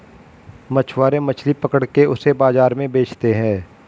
मछुआरे मछली पकड़ के उसे बाजार में बेचते है